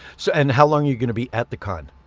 so and how long you gonna be at the con?